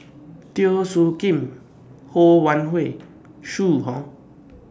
Teo Soon Kim Ho Wan Hui Zhu Hong